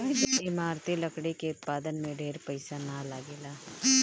इमारती लकड़ी के उत्पादन में ढेर पईसा ना लगेला